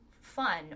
fun